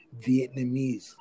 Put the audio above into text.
Vietnamese